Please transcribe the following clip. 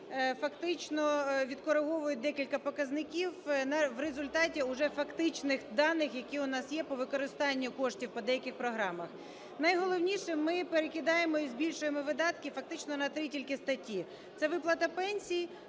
фактично відкориговують декілька показників в результаті уже фактичних даних, які у нас є по використанню коштів по деяких програмах. Найголовніше, ми перекидаємо і збільшуємо видатки фактично на три, тільки, статті. Це виплата пенсій,